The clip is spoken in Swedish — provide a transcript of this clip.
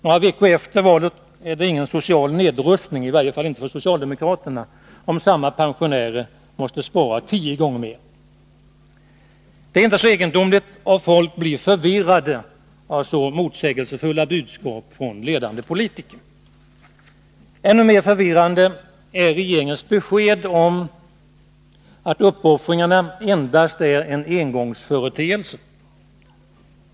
Några veckor efter valet är det inte någon social nedrustning, i varje fall inte för socialdemokraterna, om samma pensionärer måste spara tio gånger mer. Det är inte egendomligt om människorna blir förvirrade av så motsägelsefulla budskap från ledande politiker. Ännu mer förvirrande är regeringens besked om att uppoffringarna endast är en engångsföreteelse.